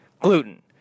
gluten